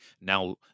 now